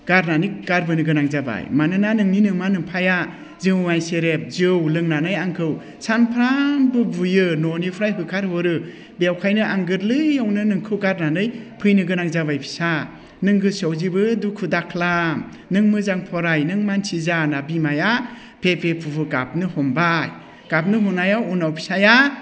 गारनानै गारबोनो गोनां जाबाय मानोना नोंनि नोमा नोम्फाया जौ आरो सेरेप जौ लोंनानै आंखौ सानफ्रोमबो बुयो न'निफ्राय होखारहरो बेखायनो आं गोरलैयावनो नोंखौ गारनानै फैनोगोनां जाबाय फिसा नों गोसोआव जेबो दुखु दा खालाम नों मोजां फराय नों मानसि जा होनना बिमाया फे फे फु फु गाबनो हमबाय गाबनो हमनायाव उनाव फिसाया